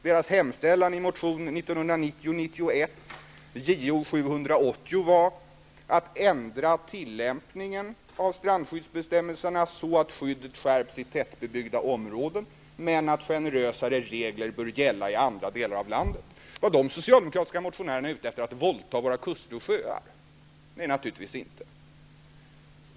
Deras hemställan i motion 1990/91:Jo780 var att ändra tillämpningen av strandskyddsbestämmelserna så att skyddet skärps i tättbebyggda områden, men att generösare regler bör gälla i andra delar av landet. Var de socialdemokratiska motionärerna ute efter att våldta våra kuster och sjöar? Nej, naturligtvis inte.